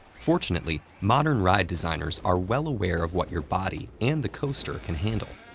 fortunately, modern ride designers are well aware of what your body, and the coaster, can handle.